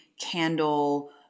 candle